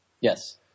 Yes